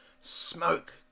smoke